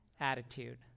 Attitude